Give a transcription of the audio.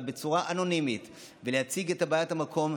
בצורה אנונימית ולהציג את בעיית המקום.